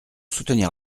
soutenir